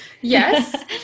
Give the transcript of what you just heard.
Yes